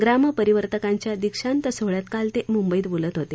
ग्रामपरिवर्तकांच्या दीक्षांत सोहळ्यात काल ते मुंबईत बोलत होते